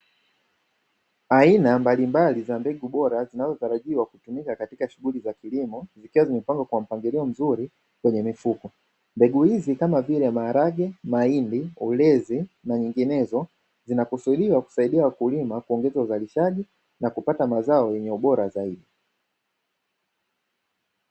Aina mbalimbali za mbegu bora , zinazotarajiwa kutumika katika shughli za kilimo zikiwa zimepangwa kwa mpangilio mzuri kwenye mifuko. Mbegu hizi ni kama vile maharage, mahindi, ulezi na nyinginezo zinakusudiwa kusaidia wakulima kuongeza uzalishaji na kupata mazao yenye ubora zaidi.